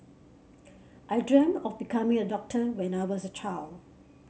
I dreamt of becoming a doctor when I was a child